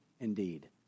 indeed